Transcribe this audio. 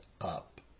up